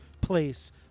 place